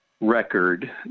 record